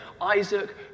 Isaac